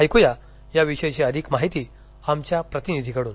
ऐकूया याविषयीची अधिक माहिती आमच्या प्रतिनिधीकडून